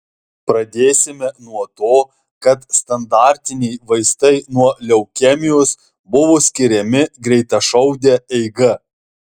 pradėsime nuo to kad standartiniai vaistai nuo leukemijos buvo skiriami greitašaude eiga